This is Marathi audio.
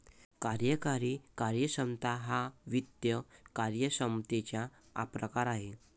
कार्यकारी कार्यक्षमता हा वित्त कार्यक्षमतेचा प्रकार आहे